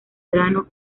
grano